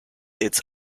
its